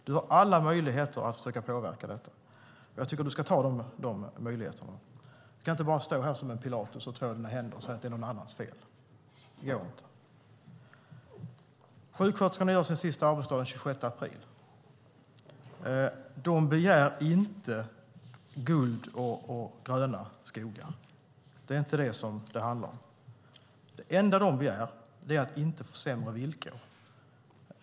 Du har alla möjligheter att försöka påverka detta. Jag tycker att du ska ta de möjligheterna. Du kan inte bara stå här som en Pilatus, två dina händer och säga att det är någon annans fel. Det går inte. Sjuksköterskorna gör sin sista arbetsdag den 26 april. De begär inte guld och gröna skogar. Det handlar inte om det. Det enda de begär är att inte få sämre villkor.